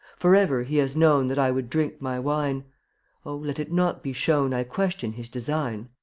forever he has known that i would drink my wine oh, let it not be shown i question his design.